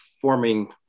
forming